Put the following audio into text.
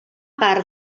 part